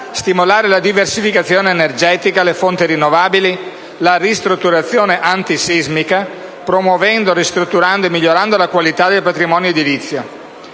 stimolare la diversificazione energetica, le fonti rinnovabili e la ristrutturazione antisismica, promuovendo, ristrutturando e migliorando la qualità del patrimonio edilizio